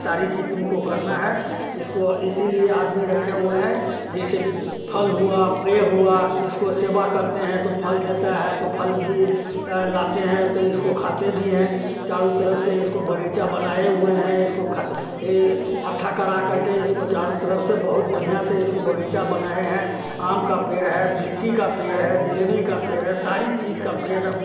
सारी चीज तुमको करना है इसको इसीलिए आदमी रखे हुए हैं जैसे फल हुआ ये हुआ इसको सेवा करते हैं तो फल देता है तो फल भी लाते हैं तो इसको खाते भी हैं चारों तरफ से इसको बगीचा बनाए हुए हैं इसको हत्था करा करके इसको चारों तरफ से बहुत बढ़िया से इसको बगीचा बनाए हैं आम का पेड़ है लीची का पेड़ है जलेबी का पेड़ है सारी चीज का पेड़ है